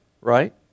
right